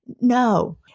No